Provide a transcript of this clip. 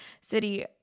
City